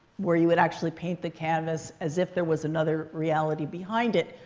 where you would actually paint the canvas as if there was another reality behind it.